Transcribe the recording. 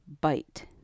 bite